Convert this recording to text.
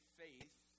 faith